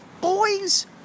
Boys